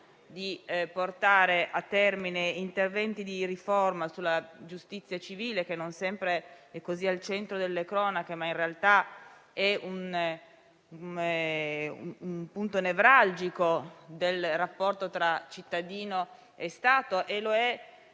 di portare a termine interventi di riforma sulla giustizia civile, che non sempre è così al centro delle cronache, mentre in realtà è un punto nevralgico del rapporto tra cittadino e Stato. E lo è